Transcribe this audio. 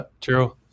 true